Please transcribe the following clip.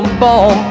ball